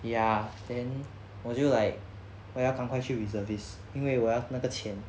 ya then 我就 like 我要赶快去 reservists 因为我要那个钱